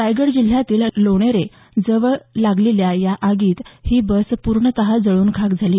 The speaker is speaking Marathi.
रायगड जिल्हयातील लोणेरे जवळ लागलेल्या या आगीत ही बस पूर्णतः जळून खाक झाली